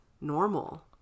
normal